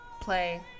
play